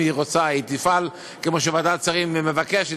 אם היא רוצה היא תפעל כמו שוועדת שרים מבקשת.